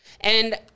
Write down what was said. And-